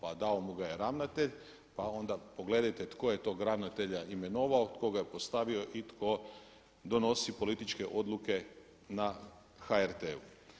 Pa dao mu ga je ravnatelj pa onda pogledajte tko je tog ravnatelja imenovao, tko ga je postavio i tko donosi političke odluke na HRT-u.